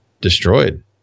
destroyed